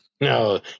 No